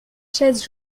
chaises